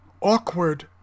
awkward